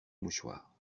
mouchoir